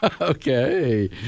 Okay